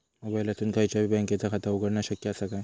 मोबाईलातसून खयच्याई बँकेचा खाता उघडणा शक्य असा काय?